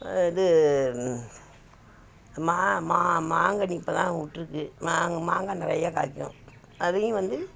இது மா மா மாங்கனி இப்போதான் விட்ருக்கு மாங் மாங்காய் நிறையா காய்க்கும் அதையும் வந்து